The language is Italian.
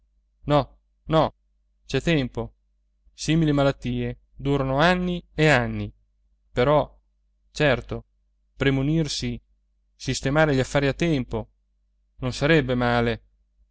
no no c'è tempo simili malattie durano anni e anni però certo premunirsi sistemare gli affari a tempo non sarebbe male